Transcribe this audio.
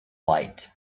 light